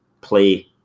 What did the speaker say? play